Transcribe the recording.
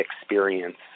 experience